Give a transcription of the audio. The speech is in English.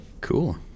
cool